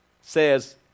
says